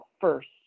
first